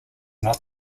not